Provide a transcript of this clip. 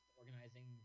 organizing